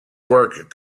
work